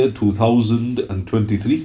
2023